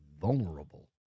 vulnerable